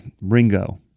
Ringo